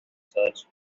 church